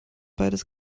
beides